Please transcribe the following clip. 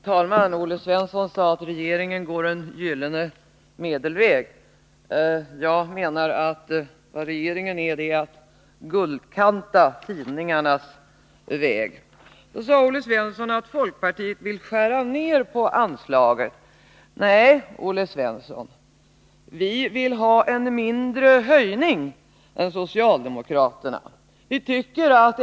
Herr talman! Olle Svensson sade att regeringen går en gyllene medelväg. Jag menar att regeringen guldkantar tidningarnas väg. Sedan sade Olle Svensson att folkpartiet vill skära ner anslaget. Nej, Olle Svensson, vi vill ha en mindre höjning än socialdemokraterna.